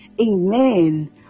Amen